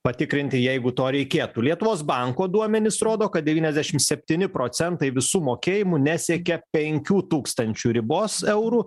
patikrinti jeigu to reikėtų lietuvos banko duomenys rodo kad devyniasdešim septyni procentai visų mokėjimų nesiekia penkių tūkstančių ribos eurų